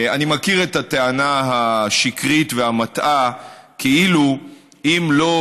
אני מכיר את הטענה השקרית והמטעה כאילו אם לא